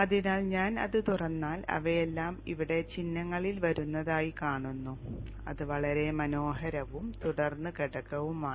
അതിനാൽ ഞാൻ അത് തുറന്നാൽ അവയെല്ലാം ഇവിടെ ചിഹ്നങ്ങളിൽ വരുന്നതായി കാണുന്നു അത് വളരെ മനോഹരവും തുടർന്ന് ഘടകവുമാണ്